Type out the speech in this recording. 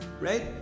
right